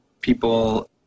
people